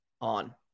on